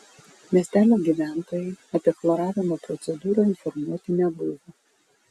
miestelio gyventojai apie chloravimo procedūrą informuoti nebuvo